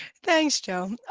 thanks, joe.